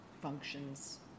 functions